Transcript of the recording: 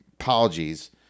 Apologies